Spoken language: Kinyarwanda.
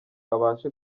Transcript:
abashe